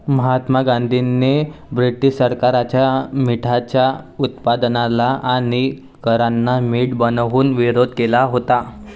महात्मा गांधींनी ब्रिटीश सरकारच्या मिठाच्या उत्पादनाला आणि करांना मीठ बनवून विरोध केला होता